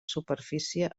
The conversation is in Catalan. superfície